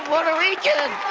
puerto rican!